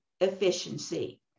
efficiency